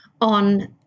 on